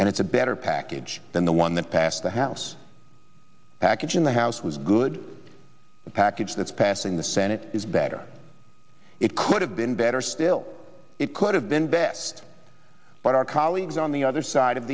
and it's a better package than the one that passed the house package in the house was good the package that's passing the senate is better it could have been better still it could have been best but our colleagues on the other side of